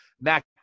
Mac